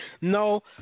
No